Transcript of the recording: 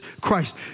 Christ